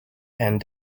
and